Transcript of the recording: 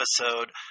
episode